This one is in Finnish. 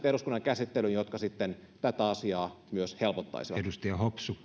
eduskunnan käsittelyyn ne säännökset jotka tätä asiaa myös helpottaisivat